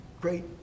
great